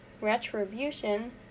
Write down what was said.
Retribution